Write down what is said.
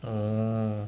oh